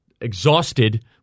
exhausted